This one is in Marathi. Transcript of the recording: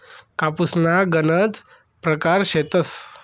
कापूसना गनज परकार शेतस